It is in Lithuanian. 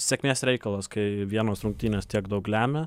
sėkmės reikalas kai vienos rungtynės tiek daug lemia